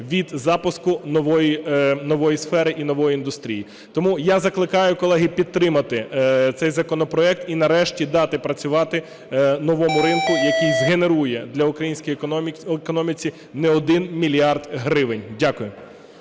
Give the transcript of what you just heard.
від запуску нової сфери і нової індустрії. Тому я закликаю, колеги, підтримати цей законопроект і нарешті дати працювати новому ринку, який згенерує для української економіки не один мільярд гривень. Дякую.